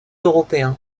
européen